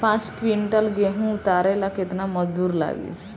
पांच किविंटल गेहूं उतारे ला केतना मजदूर लागी?